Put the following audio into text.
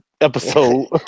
episode